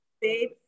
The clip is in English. Babe